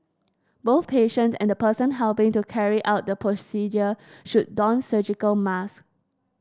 both patient and the person helping to carry out the procedure should don surgical masks